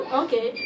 okay